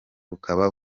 bukaba